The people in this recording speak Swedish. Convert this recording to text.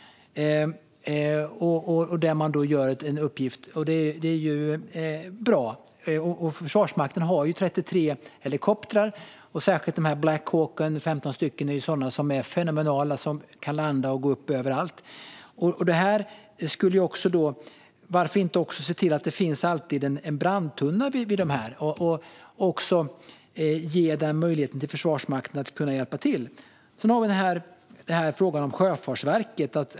Där utför Försvarsmakten en uppgift, och det är ju bra. Försvarsmarsmakten har 33 helikoptrar. Särskilt Black Hawk, som det finns ett femtontal av, är sådana som är fenomenala. De kan landa och gå upp överallt. Varför inte också se till att det alltid finns en brandtunna vid dessa och ge Försvarsmakten denna möjlighet att hjälpa till? Sedan har vi frågan om Sjöfartsverket.